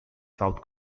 south